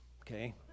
Okay